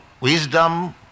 wisdom